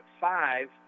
five